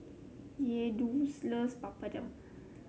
Yehuda loves Papadum